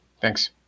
Thanks